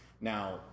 Now